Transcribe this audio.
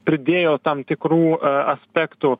pridėjo tam tikrų aspektų